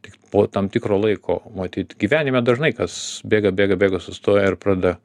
tik po tam tikro laiko matyt gyvenime dažnai kas bėga bėga sustoja ir pradeda